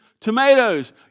Tomatoes